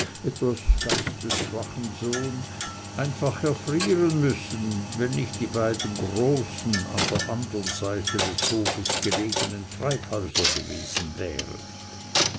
etwas geistesschwachen sohn einfach erfrieren müssen wenn nicht die beiden großen an der andern seite des hofes gelegenen treibhäuser gewesen wären